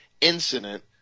incident